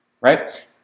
right